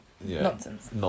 Nonsense